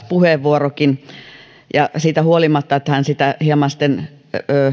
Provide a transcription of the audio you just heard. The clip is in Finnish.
puheenvuoro siitä huolimatta että hän sitä hieman sitten